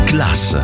Class